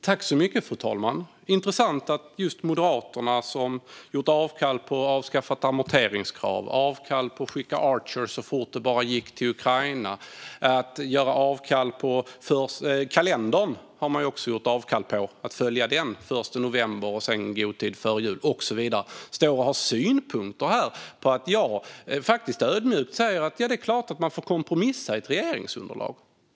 Fru talman! Det är intressant att just Moderaterna, som gjort avkall på avskaffat amorteringskrav, på att skicka Archer till Ukraina så fort det bara gick och på att följa kalendern - den 1 november, i god tid före jul och så vidare - står här och har synpunkter på att jag faktiskt ödmjukt säger att det är klart att man får kompromissa i ett regeringsunderlag.